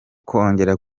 kongera